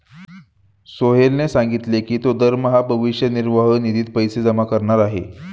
सोहेलने सांगितले की तो दरमहा भविष्य निर्वाह निधीत पैसे जमा करणार आहे